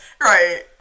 right